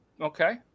Okay